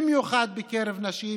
במיוחד בקרב נשים,